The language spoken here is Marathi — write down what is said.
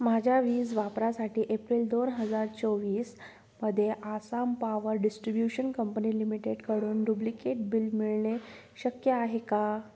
माझ्या वीज वापरासाठी एप्रिल दोन हजार चोवीसमध्ये आसाम पावर डिस्ट्रिब्युशन कंपनी लिमिटेडकडून डुप्लिकेट बिल मिळणे शक्य आहे का